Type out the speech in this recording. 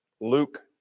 Luke